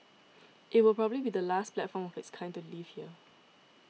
it will probably be the last platform of its kind to leave here